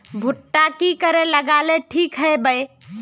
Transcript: भुट्टा की करे लगा ले ठिक है बय?